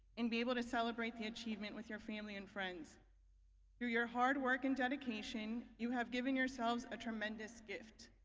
and be able to celebrate the achievement with your family and firiends through your hard work and dedication you have given yourselves a tremendous gift,